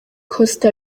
costa